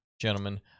gentlemen